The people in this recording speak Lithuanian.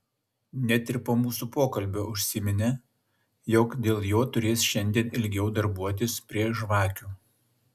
net ir po mūsų pokalbio užsiminė jog dėl jo turės šiandien ilgiau darbuotis prie žvakių